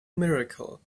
miracle